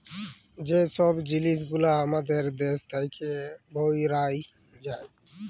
যে ছব জিলিস গুলা আমাদের দ্যাশ থ্যাইকে বাহরাঁয় যায়